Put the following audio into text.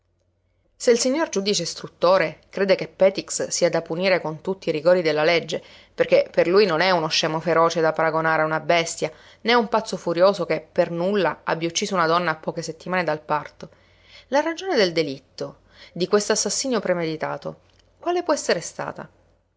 se il signor giudice istruttore crede che petix sia da punire con tutti i rigori della legge perché per lui non è uno scemo feroce da paragonare a una bestia né un pazzo furioso che per nulla abbia ucciso una donna a poche settimane del parto la ragione del delitto di quest'assassinio premeditato quale può essere stata